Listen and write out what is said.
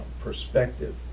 perspective